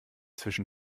zwischen